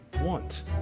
want